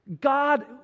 God